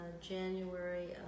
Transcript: January